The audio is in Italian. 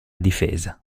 difesa